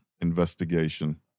investigation